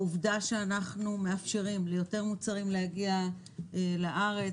העובדה שאנחנו מאפשרים ליותר מוצרים להגיע לארץ,